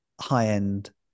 high-end